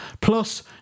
Plus